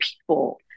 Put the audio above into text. people